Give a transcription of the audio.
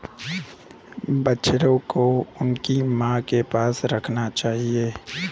बछड़ों को उनकी मां के पास रखना चाहिए